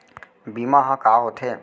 बीमा ह का होथे?